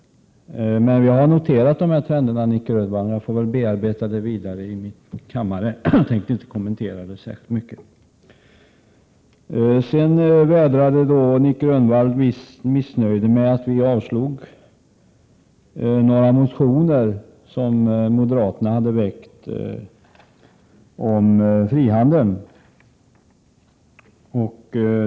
Vi har noterat dessa trender, Nic Grönvall. Jag får väl bearbeta dem vidare på min kammare. Jag tänker inte kommentera detta särskilt mycket mer. Nic Grönvall vädrade ett visst missnöje med att vi har avstyrkt några motioner som moderaterna hade väckt om frihandeln.